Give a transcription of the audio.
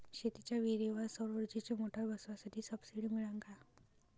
शेतीच्या विहीरीवर सौर ऊर्जेची मोटार बसवासाठी सबसीडी मिळन का?